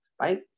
Right